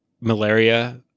malaria